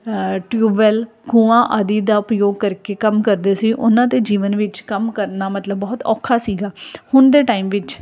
tubewell ਖੂਹਾਂ ਆਦਿ ਦਾ ਉਪਯੋਗ ਕਰਕੇ ਕੰਮ ਕਰਦੇ ਸੀ ਉਹਨਾਂ ਦੇ ਜੀਵਨ ਵਿੱਚ ਕੰਮ ਕਰਨਾ ਮਤਲਬ ਬਹੁਤ ਔਖਾ ਸੀਗਾ ਹੁਣ ਦੇ ਟਾਈਮ ਵਿੱਚ